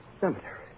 Cemetery